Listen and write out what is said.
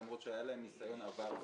למרות שהיה להם ניסיון עבר,